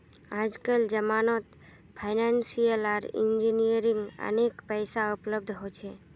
आजकल जमानत फाइनेंसियल आर इंजीनियरिंग अनेक पैसा उपलब्ध हो छे